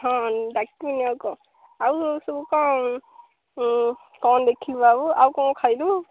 ହଁ ଡାକିବିନି ଆଉ କ'ଣ ସବୁ କ'ଣ କ'ଣ ଦେଖିଲୁ ଆଉ ଆଉ କ'ଣ ଖାଇଲୁ